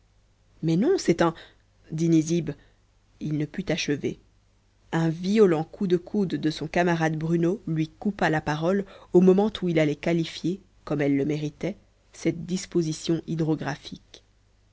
mais non c'est un dit nizib il ne put achever un violent coup de coude de son camarade bruno lui coupa la parole au moment où il allait qualifier comme elle le méritait cette disposition hydrographique